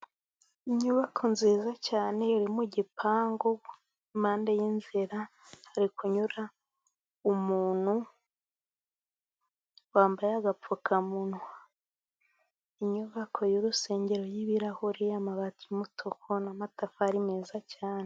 Inyubako nziza cyane iri mu gipangu, impande y'inzira hari kunyura umuntu wambaye agapfukamunwa, inyubako y'urusengero y'ibirahuri, amabati y'umutuku n'amatafari meza cyane.